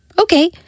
Okay